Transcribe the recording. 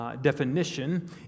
definition